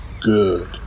good